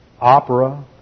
opera